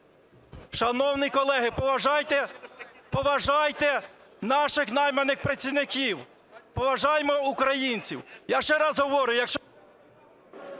Шановні колеги, поважайте наших найманих працівників. Поважаємо українців.